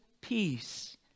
peace